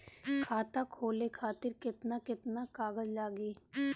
खाता खोले खातिर केतना केतना कागज लागी?